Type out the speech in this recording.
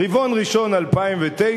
רבעון ראשון 2009,